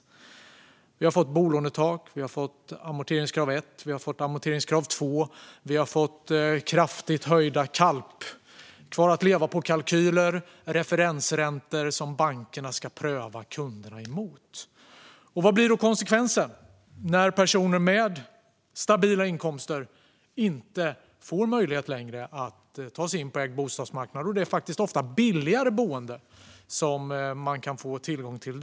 Vi har fått bolånetak, vi har fått amorteringskrav 1 och amorteringskrav 2, vi har fått kraftigt höjda kvar-att-leva-på-kalkyler, KALP, och referensräntor som bankerna ska pröva kunderna mot. Vad blir då konsekvensen när personer med stabila inkomster inte längre får möjlighet att ta sig in på ägd bostadsmarknad där det ofta är billigare boende man kan få tillgång till?